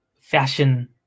fashion